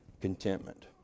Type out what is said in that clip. contentment